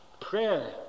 Prayer